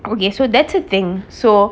okay so that's the thing so